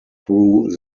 through